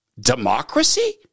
democracy